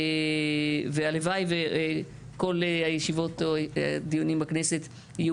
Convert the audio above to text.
והלוואי וכל הישיבות או הדיונים בכנסת יהיו